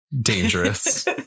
Dangerous